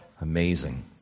Amazing